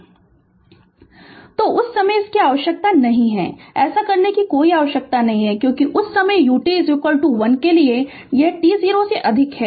Refer Slide Time 1156 तो उस समय इसकी आवश्यकता नहीं है ऐसा करने की कोई आवश्यकता नहीं है क्योंकि उस समय ut 1 के लिए t 0 से अधिक है